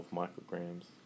micrograms